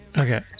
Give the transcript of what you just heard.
Okay